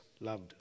loved